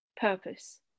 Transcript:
purpose